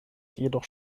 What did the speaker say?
jedoch